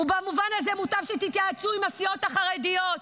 במובן הזה מוטב שתתייעצו עם הסיעות החרדיות,